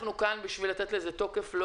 אנחנו כאן בשביל לתת לזה תוקף של